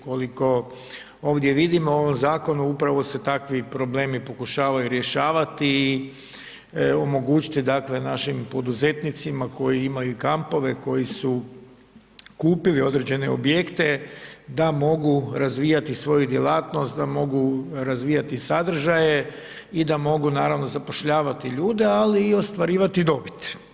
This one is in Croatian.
Koliko ovdje vidimo, u ovom zakonu, upravo se takvi problemi pokušavaju rješavati i omogućiti dakle, našim poduzetnicima koji imaju kampove, koji su kupili određene objekte, da mogu razvijati svoju djelatnost, da mogu razvijati sadržaje i da mogu naravno zapošljavati ljude, ali i ostvarivati dobit.